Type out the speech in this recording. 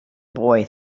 boy